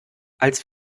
als